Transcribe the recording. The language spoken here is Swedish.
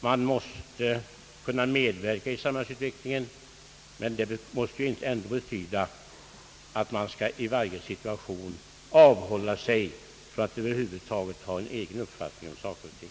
Man måste kunna medverka i samhällsutvecklingen, men det måste väl ändå inte betyda att man i varje situation skall avhålla sig från ait över huvud taget ha en egen uppfattning om saker och ting.